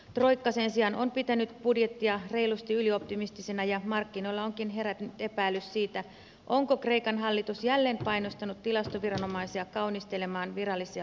troikka sen sijaan on pitänyt budjettia reilusti ylioptimistisena ja markkinoilla onkin herännyt epäilys siitä onko kreikan hallitus jälleen painostanut tilastoviranomaisia kaunistelemaan virallisia lukuja